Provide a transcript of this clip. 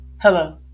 Hello